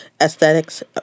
aesthetics